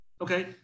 okay